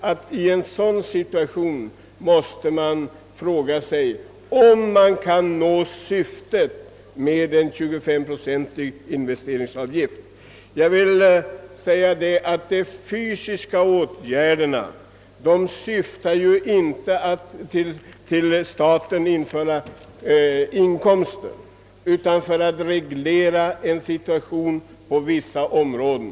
Det är alltså tvivelaktigt om det avsedda syftet nås genom en 25-procentig avgift. De fysiska åtgärderna härvidlag syftar ju inte till att tillföra statskassan inkomster utan avser att reglera situationen på vissa områden.